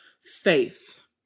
faith